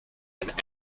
and